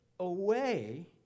Away